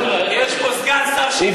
יש פה סגן שר שהחליק על הראש.